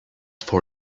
for